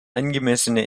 angemessene